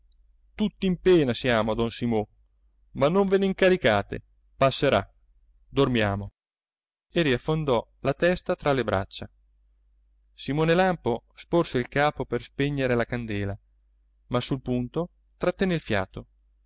tutti in pena siamo don simo ma non ve n'incaricate passerà dormiamo e riaffondò la testa tra le braccia simone lampo sporse il capo per spegnere la candela ma sul punto trattenne il fiato